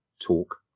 talk